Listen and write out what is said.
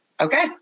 Okay